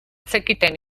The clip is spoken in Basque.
zekiten